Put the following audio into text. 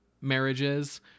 marriages